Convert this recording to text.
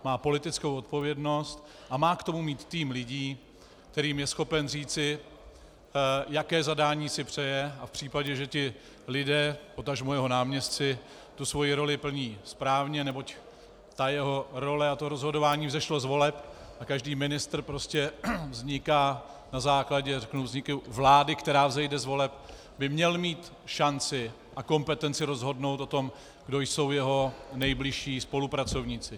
Má politickou odpovědnost a má k tomu mít tým lidí, kterým je schopen říci, jaké zadání si přeje, a v případě, že lidé, potažmo jeho náměstci, svoji roli plní správně, neboť jeho role a rozhodování vzešlo z voleb a každý ministr vzniká na základě vzniku vlády, která vzejde z voleb, by měl mít šanci a kompetenci rozhodnout o tom, kdo jsou jeho nejbližší spolupracovníci.